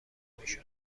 میشد